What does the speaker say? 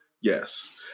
Yes